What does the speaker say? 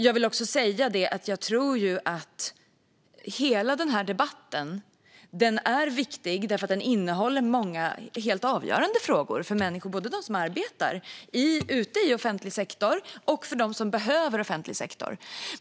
Jag tror att hela den här debatten är viktig därför att den innehåller många helt avgörande frågor för människor, både för dem som arbetar ute i offentlig sektor och för dem som behöver offentlig sektor.